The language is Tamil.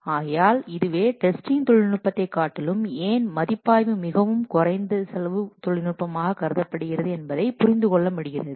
ஆகையால் இதுவே டெஸ்டிங் தொழில்நுட்பத்தை காட்டிலும் ஏன் மதிப்பாய்வு மிகவும் செலவு குறைந்த தொழில்நுட்பமாக கருதப்படுகிறது என்பதை புரிந்துகொள்ள முடிகிறது